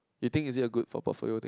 you think is it a good for portfolio thing